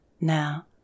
Now